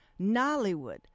Nollywood